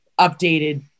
updated